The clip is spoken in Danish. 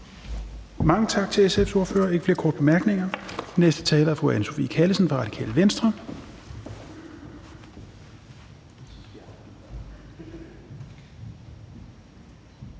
Mange tak til SF's ordfører. Der er ikke flere korte bemærkninger. Den næste taler er fru Anne Sophie Callesen fra Radikale Venstre.